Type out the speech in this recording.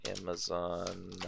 amazon